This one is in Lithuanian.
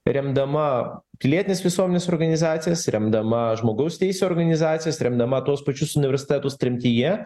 remdama pilietinės visomenės organizacijas remdama žmogaus teisių organizacijas remdama tuos pačius universitetus tremtyje